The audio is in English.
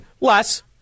Less